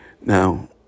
Now